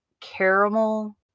caramel